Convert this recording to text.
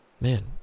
Man